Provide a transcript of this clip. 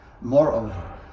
Moreover